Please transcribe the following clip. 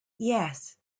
yes